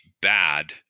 bad